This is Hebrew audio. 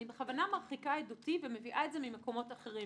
אני בכוונה מרחיקה עדותי ומביאה את זה ממקומות אחרים,